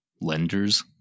lenders